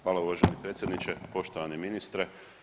Hvala uvaženi predsjedniče, poštovani ministre.